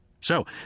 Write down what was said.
So